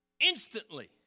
instantly